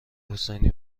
حسینی